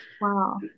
wow